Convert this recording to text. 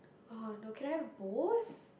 oh no can I have both